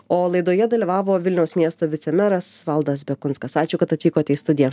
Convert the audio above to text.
o laidoje dalyvavo vilniaus miesto vicemeras valdas benkunskas ačiū kad atvykote į studiją